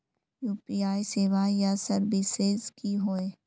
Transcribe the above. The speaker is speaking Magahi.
यु.पी.आई सेवाएँ या सर्विसेज की होय?